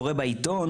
קורא בעיתון,